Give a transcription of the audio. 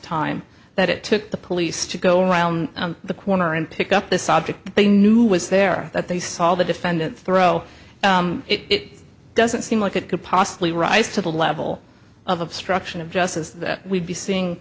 time that it took the police to go around the corner and pick up this object they knew was there that they saw the defendant throw it doesn't seem like it could possibly rise to the level of obstruction of justice that we'd be seeing